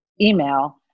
email